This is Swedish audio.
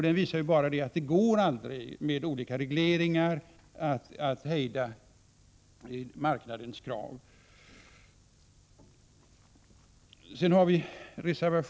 Det visar bara att det inte går att hejda marknadens krav genom olika regleringar.